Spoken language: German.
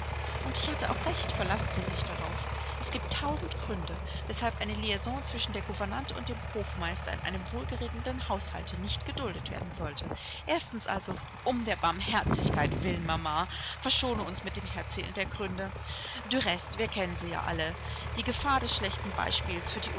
und ich hatte auch recht verlassen sie sich darauf es giebt tausend gründe weshalb eine liaison zwischen der gouvernante und dem hofmeister in einem wohlgeregelten haushalte nicht geduldet werden sollte erstens also um der barmherzigkeit willen mama verschone uns mit dem herzählen der gründe du reste wir kennen sie ja alle die gefahr des schlechten beispiels für die